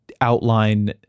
outline